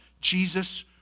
Jesus